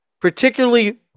particularly